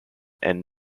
and